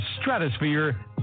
stratosphere